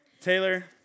Taylor